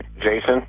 Jason